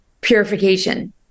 purification